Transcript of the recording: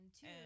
two